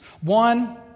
One